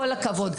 כל הכבוד.